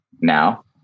now